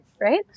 right